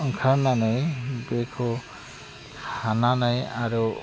ओंखारनानै बेखौ हानानै आरो